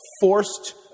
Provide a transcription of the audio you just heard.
forced